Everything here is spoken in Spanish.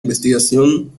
investigación